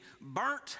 burnt